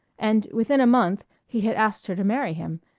and within a month he had asked her to marry him,